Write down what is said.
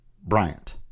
Bryant